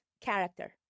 character